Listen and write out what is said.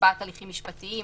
הקפאת הליכים משפטיים,